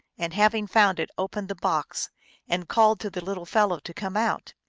and having found it opened the box and called to the little fellow to come out.